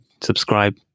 subscribe